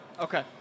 Okay